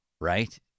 right